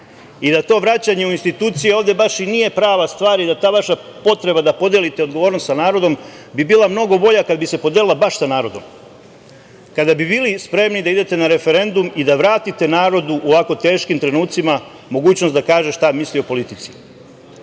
i da to vraćanje u institucije ovde baš i nije prava stvar i da ta vaša potreba da podelite odgovornost sa narodom bi bila mnogo bolja kada bi se podelila baš sa narodom, kada bi bili spremni da idete na referendum i da vratite narodu u ovako teškim trenucima mogućnost da kaže šta misli o politici. To